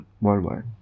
worldwide